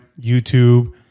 YouTube